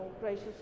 gracious